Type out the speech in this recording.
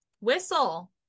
whistle